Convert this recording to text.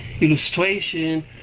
illustration